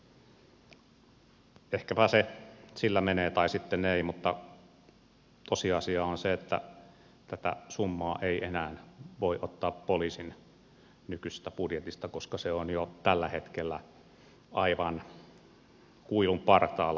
ehkäpä se sillä menee tai sitten ei mutta tosiasia on se että tätä summaa ei enää voi ottaa poliisin nykyisestä budjetista koska se on jo tällä hetkellä aivan kuilun partaalla